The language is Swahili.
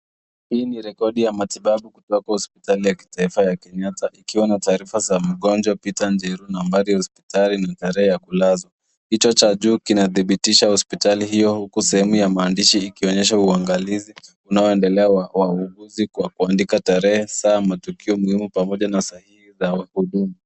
Hii ni rekodi ya matibabu kutoka hospitali ya kitaifa ya kenyatta ikiwa na taarifa za mgonjwa Peter Njeru nambari ya hospitali ni tarehe ya kulazwa picha cha juu kinadhibitisha hospitali hiyo huku sehemu ya maandishi ikionyesha uangalizi unaoendelea wa wauguzi kwa kuandika tarehe saa matukio muhimu pamoja na sahihi za wahudumu.